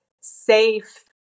safe